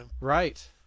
Right